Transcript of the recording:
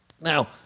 Now